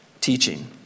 teaching